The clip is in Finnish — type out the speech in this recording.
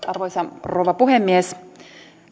arvoisa rouva puhemies